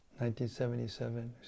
1977